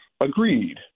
agreed